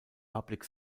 public